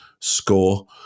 score